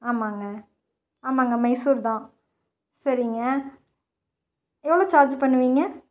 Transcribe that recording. ஆமாம்ங்க ஆமாம்ங்க மைசூர் தான் சரிங்க எவ்வளோ சார்ஜ் பண்ணுவிங்க